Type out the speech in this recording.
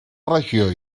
regió